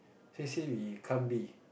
so he say we can't be